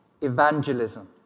Evangelism